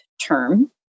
term